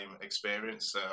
experience